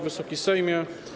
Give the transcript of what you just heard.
Wysoki Sejmie!